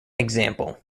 example